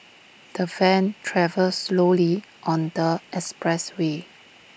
the van travelled slowly on the expressway